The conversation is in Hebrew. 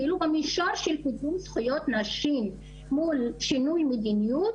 כאילו במישור של זכויות נשים מול שינוי מדיניות,